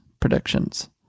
predictions